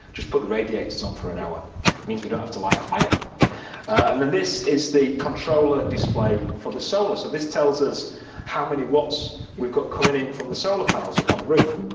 just put the radiators on for an hour means we don't have to light a fire and then this is the controller display for the solar so this tells us how many watts we've got coming in from the solar panels up on the roof.